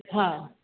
हा